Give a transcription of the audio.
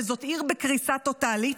וזאת עיר בקריסה טוטלית.